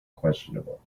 questionable